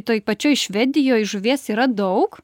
toj pačioj švedijoj žuvies yra daug